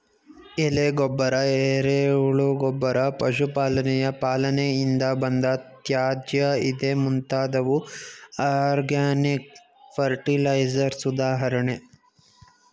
ಎಲೆ ಗೊಬ್ಬರ, ಎರೆಹುಳು ಗೊಬ್ಬರ, ಪಶು ಪಾಲನೆಯ ಪಾಲನೆಯಿಂದ ಬಂದ ತ್ಯಾಜ್ಯ ಇದೇ ಮುಂತಾದವು ಆರ್ಗ್ಯಾನಿಕ್ ಫರ್ಟಿಲೈಸರ್ಸ್ ಉದಾಹರಣೆ